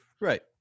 Right